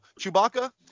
Chewbacca